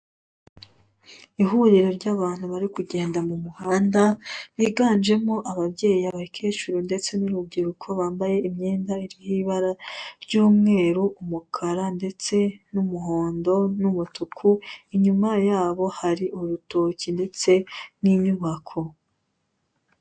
Ihuriro ry'abantu bari kugenda mu muhanda, biganjemo ababyeyi, abakecuru ndetse n'urubyiruko, bambaye imyenda iriho ibara ry'umweru, umukara, ndetse n'umuhondo n'umutuku, inyuma yabo hari urutoki ndetse n'inyubako.